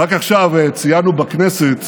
רק עכשיו ציינו בכנסת